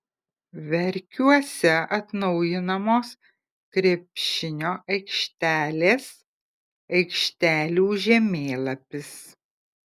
verkiuose atnaujinamos krepšinio aikštelės aikštelių žemėlapis